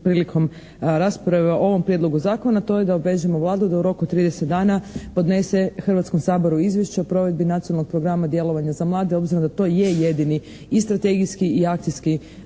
prilikom rasprave o ovom prijedlogu zakona, to je da obvežemo Vladu da u roku od 30 dana podnese Hrvatskom saboru izvješće o provedbi nacionalnog Programa djelovanja za mlade, obzirom da to je jedini i strategijski i akcijski